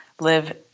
live